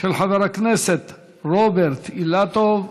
של חבר הכנסת רוברט אילטוב.